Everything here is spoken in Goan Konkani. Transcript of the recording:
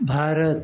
भारत